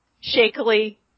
shakily